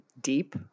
Deep